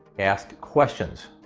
ask questions.